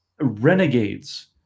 renegades